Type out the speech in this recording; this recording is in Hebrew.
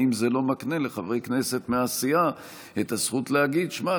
האם זה לא מקנה לחברי כנסת מהסיעה את הזכות להגיד: תשמע,